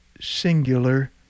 singular